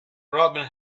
robin